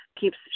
keeps